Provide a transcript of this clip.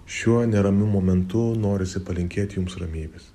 šiuo neramiu momentu norisi palinkėti jums ramybės